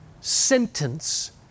sentence